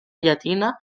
llatina